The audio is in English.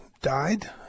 died